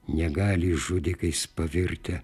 negali žudikais pavirtę